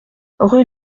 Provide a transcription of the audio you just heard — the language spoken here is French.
rue